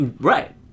Right